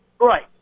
Right